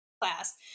class